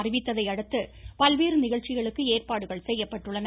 அறிவித்ததையடுத்து பல்வேறு நிகழ்ச்சிகளுக்கு ஏற்பாடுகள் செய்யப்பட்டுள்ளன